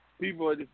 People